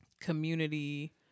community